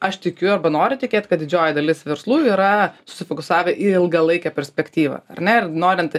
aš tikiu arba noriu tikėt kad didžioji dalis verslų yra susifokusavę į ilgalaikę perspektyvą ar ne ir norint